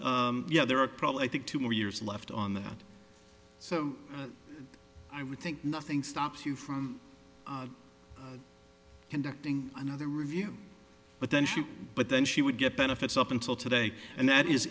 but yeah there are probably i think two more years left on that so i would think nothing stops you from conducting another review but then she but then she would get benefits up until today and that is